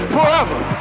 Forever